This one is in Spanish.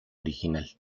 original